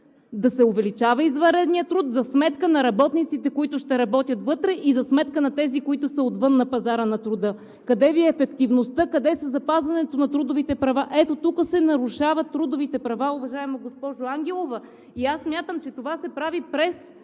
да се увеличава извънредният труд за сметка на работниците, които ще работят вътре, и за сметка на тези, които са отвън, на пазара на труда. Къде Ви е ефективността? Къде е запазването на трудовите права? Ето тук се нарушават трудовите права, уважаема госпожо Ангелова. И аз смятам, че това се прави през